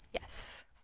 Yes